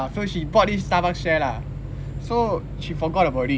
ya so she bought this starbucks share lah so she forgot about it